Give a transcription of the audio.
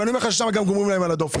ואני אומר לך ששם גם גומרים להם על הדופק.